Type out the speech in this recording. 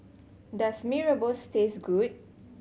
does Mee Rebus taste good